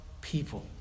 people